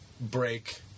break